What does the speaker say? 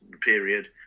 period